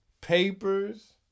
papers